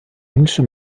englische